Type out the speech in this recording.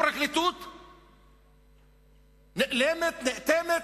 הפרקליטות נאלמת, נאטמת,